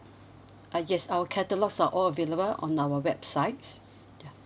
uh yes our catalogues are all available on our websites ya